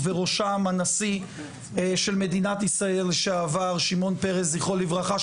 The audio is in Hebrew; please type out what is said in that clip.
ובראשם הנשיא של מדינת ישראל לשעבר שמעון פרס זכרו לברכה,